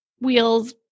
wheels